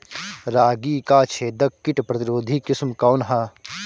रागी क छेदक किट प्रतिरोधी किस्म कौन ह?